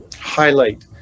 highlight